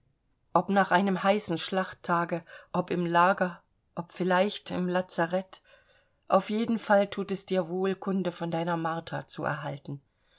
ob nach einem heißen schlachttage ob im lager ob vielleicht im lazareth auf jeden fall thut es dir wohl kunde von deiner martha zu erhalten